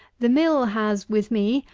the mill has, with me,